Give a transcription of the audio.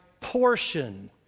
portion